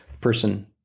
person